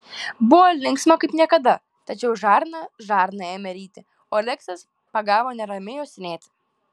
buvo linksma kaip niekada tačiau žarna žarną ėmė ryti o reksas pagavo neramiai uostinėti